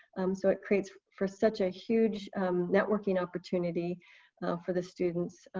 um so it creates for such a huge networking opportunity for the students